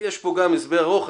יש פה גם הסבר ארוך,